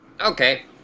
Okay